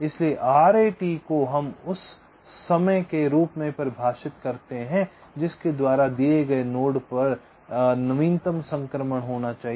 इसलिए RAT को हम उस समय के रूप में परिभाषित करते हैं जिसके द्वारा दिए गए नोड पर नवीनतम संक्रमण होना चाहिए